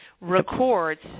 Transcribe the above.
records